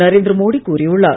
நரேந்திர மோடி கூறியுள்ளார்